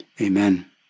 Amen